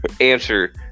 answer